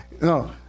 No